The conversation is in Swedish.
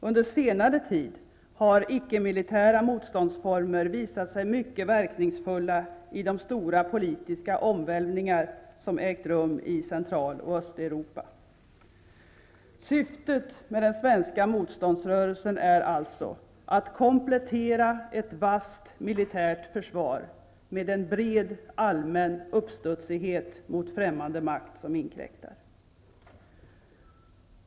Under senare tid har icke-militära motståndsformer visat sig mycket verkningsfulla i de stora politiska omvälvningar som ägt rum i Central och Östeuropa. Syftet med den svenska motståndsrörelsen är alltså att komplettera ett vasst militärt försvar med en bred allmän uppstudsighet mot främmande makt som inkräktar.